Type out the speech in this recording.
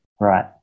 Right